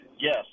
Yes